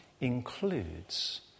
includes